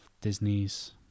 Disney's